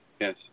Yes